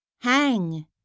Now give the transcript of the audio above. hang